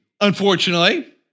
Unfortunately